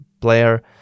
player